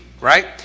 right